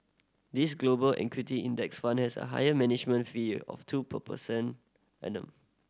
this Global Equity Index Fund has a high management fee of two per percent annum